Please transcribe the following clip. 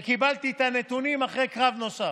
וקיבלתי את הנתונים אחרי קרב נוסף.